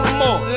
more